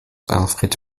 alfred